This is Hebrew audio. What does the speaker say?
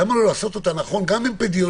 למה לא לעשות אותה נכון גם אפידמיולוגית?